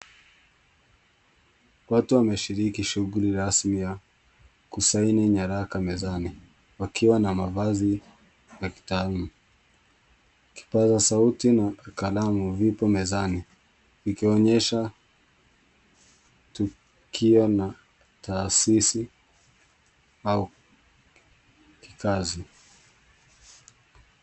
Watu wameshiriki shughuli rasmi ya kusaini nyaraka mezani, wakiwa na mavazi la kitauni , kipaza sauti na kalamu vipo mezani, vikionyesha tukio na taasisi au kikazi.